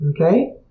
Okay